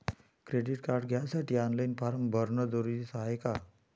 Credit card घ्यासाठी online form भरन जरुरीच हाय का?